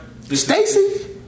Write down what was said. Stacy